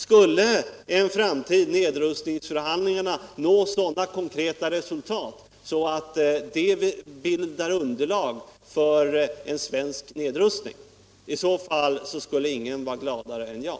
Skulle i en framtid nedrustningsförhandlingarna nå sådana konkreta resultat att de bildar underlag för en svensk nedrustning, skulle ingen vara gladare än jag.